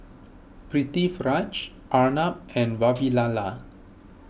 Pritiviraj Arnab and Vavilala